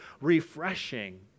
refreshing